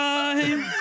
time